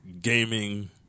gaming